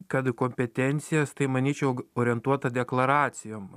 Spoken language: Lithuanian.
kad į kompetencijas tai manyčiau g orientuota deklaracijom